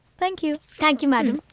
thank you thank you madam.